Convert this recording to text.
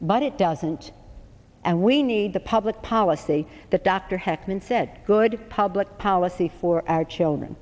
but it doesn't and we need the public policy that dr heckman said good public policy for our children